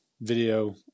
video